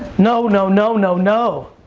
no, no, no, no, no.